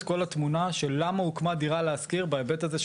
כל התמונה של למה הוקמה דירה להשכיר בהיבט הזה,